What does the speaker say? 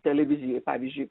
televizijoj pavyzdžiui